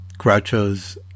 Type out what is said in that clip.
Groucho's